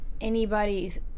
anybody's